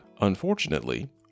Unfortunately